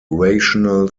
rational